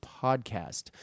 podcast